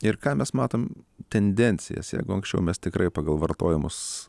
ir ką mes matom tendencijas jeigu anksčiau mes tikrai pagal vartojamus